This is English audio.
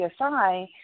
CSI